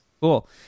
Cool